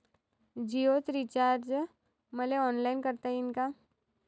जीओच रिचार्ज मले ऑनलाईन करता येईन का?